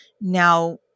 Now